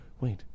wait